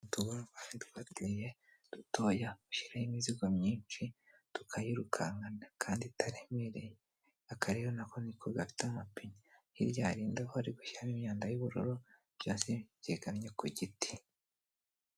Utugare dufite amapine dutoya bashyiraho imizigo myinshi tukayirukankana kandi itaremereye ,aka rero nako niko gafite amapine, hirya hari indobo bari gushyiramo imyanda y'ubururu byose byegamye ku giti.